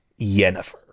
Yennefer